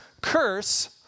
curse